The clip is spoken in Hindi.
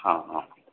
हाँ हाँ